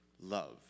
love